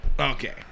Okay